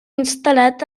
instal·lat